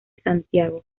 santiago